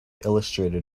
illustrated